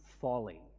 folly